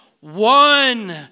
one